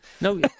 No